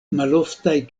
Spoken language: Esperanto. maloftaj